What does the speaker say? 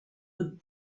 would